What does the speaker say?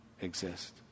exist